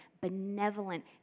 benevolent